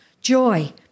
joy